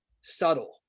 subtle